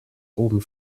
oben